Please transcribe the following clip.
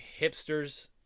hipsters